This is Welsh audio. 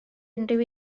unrhyw